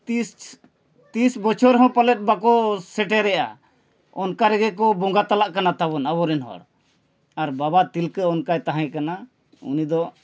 ᱛᱤᱨᱤᱥ ᱛᱤᱨᱤᱥ ᱵᱚᱪᱷᱚᱨ ᱦᱚᱸ ᱯᱟᱞᱮᱫ ᱵᱟᱠᱚ ᱥᱮᱴᱮᱨᱮᱜᱼᱟ ᱚᱱᱠᱟ ᱨᱮᱜᱮ ᱠᱚ ᱵᱚᱸᱜᱟ ᱛᱟᱞᱟᱜ ᱠᱟᱱᱟ ᱛᱟᱵᱚᱱ ᱟᱵᱚᱨᱮᱱ ᱦᱚᱲ ᱟᱨ ᱵᱟᱵᱟ ᱛᱤᱞᱠᱟᱹ ᱚᱱᱠᱟᱭ ᱛᱟᱦᱮᱸ ᱠᱟᱱᱟ ᱩᱱᱤ ᱫᱚ